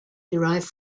derive